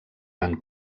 van